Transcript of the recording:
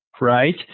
right